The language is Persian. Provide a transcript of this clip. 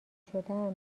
شدم